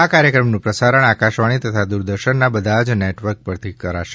આ કાર્યક્રમનું પ્રસારણ આકાશવાણી તથા દૂરદર્શનના બધા જ નેટવર્ક પરથી કરશે